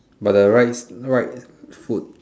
but the right the right foot